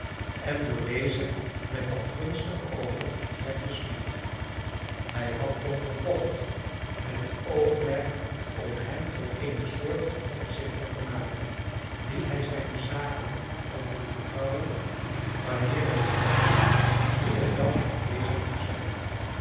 en door dezen met wangunstige oogen werd bespied hij had tom gekocht met het oogmerk om hem tot eene soort van opzichter te maken wien hij zijne zaken kon toevertrouwen wanneer hij zelf nu en dan afwezig moest zijn